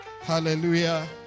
Hallelujah